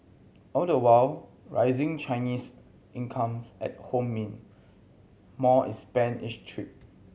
all the while rising Chinese incomes at home mean more is spent each trip